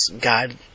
God